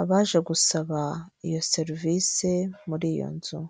abaje gusaba iyo serivisi muri iyo nzu.